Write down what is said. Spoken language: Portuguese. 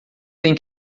têm